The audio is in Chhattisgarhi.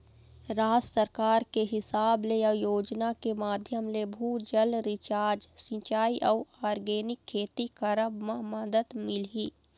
राज सरकार के हिसाब ले अउ योजना के माधियम ले, भू जल रिचार्ज, सिंचाई अउ आर्गेनिक खेती करब म मदद मिलही